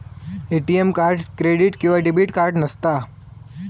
ATM card credit किंवा debit card नसता